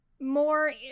More